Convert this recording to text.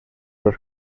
los